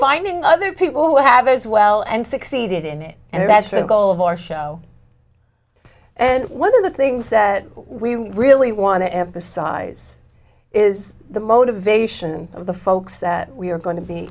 finding other people who have as well and succeeded in it and as for the goal of our show and one of the things that we really want to emphasize is the motivation of the folks that we are going to be